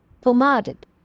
Pomaded